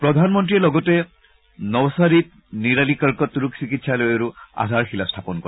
প্ৰধানমন্ত্ৰীয়ে লগতে নৱছাৰিত নিৰালি কৰ্কট ৰোগ চিকিৎসালয়ৰো আধাৰ শিলা স্থাপন কৰে